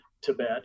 Tibet